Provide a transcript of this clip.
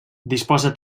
disposa